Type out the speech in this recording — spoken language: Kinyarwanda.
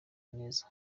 neza